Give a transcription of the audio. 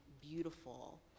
beautiful